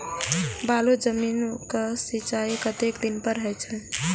बालू जमीन क सीचाई कतेक दिन पर हो छे?